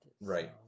Right